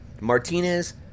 Martinez